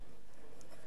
מעמיקות,